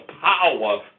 power